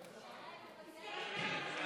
מה קורה במליאה?